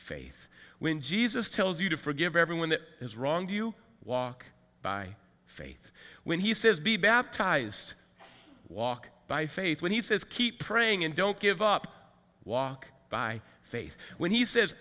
faith when jesus tells you to forgive everyone that is wrong you walk by faith when he says be baptized walk by faith when he says keep praying and don't give up walk by faith when he says